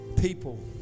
people